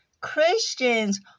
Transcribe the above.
Christians